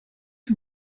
que